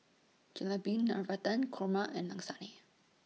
Jalebi Navratan Korma and Lasagne